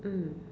mm